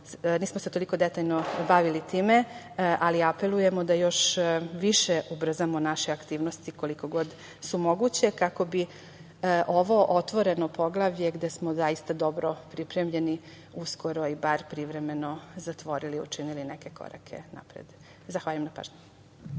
nismo se toliko detaljno bavili time, ali apelujemo da još više ubrzamo naše aktivnosti, koliko god su moguće, kako bi ovo otvoreno poglavlje, gde smo zaista dobro pripremljeni, uskoro i bar privremeno zatvorili i učinili neke korake napred. Zahvaljujem na pažnji.